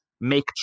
make